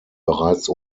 bereits